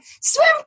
Swim